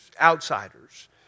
outsiders